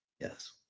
yes